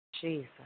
Jesus